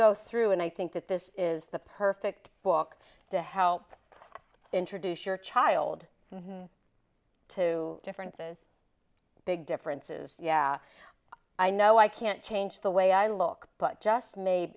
go through and i think that this is the perfect book to help introduce your child to differences big differences i know i can't change the way i look but just may